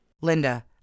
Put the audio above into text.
Linda